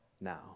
now